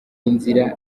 inzira